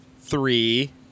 three